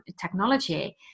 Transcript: technology